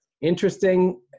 Interesting